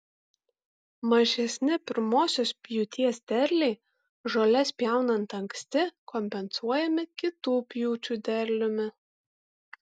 mažesni pirmosios pjūties derliai žoles pjaunant anksti kompensuojami kitų pjūčių derliumi